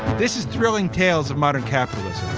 this is thrilling tales of modern capitalism.